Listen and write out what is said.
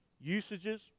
usages